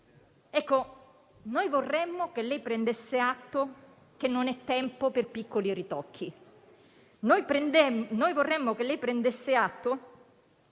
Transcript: Ecco, noi vorremmo che lei prendesse atto che non è tempo per i piccoli ritocchi. Noi vorremmo che lei prendesse atto